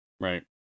right